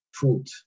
food